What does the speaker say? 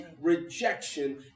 rejection